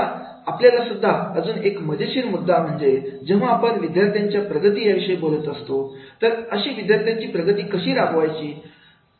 आता आपल्याला सुद्धा अजून एक मजेशीर मुद्दा म्हणजे जेव्हा आपण विद्यार्थ्यांच्या प्रगती विषयी बोलत असतो तर अशी विद्यार्थ्यांची प्रगती कशी राबवायची आहे